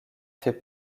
fait